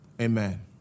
amen